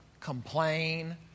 complain